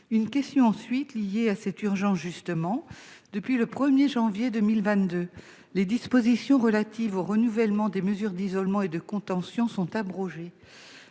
Une question, ensuite, liée à cette urgence, justement. Depuis le 1 janvier 2022, les dispositions relatives au renouvellement des mesures d'isolement et de contention sont abrogées.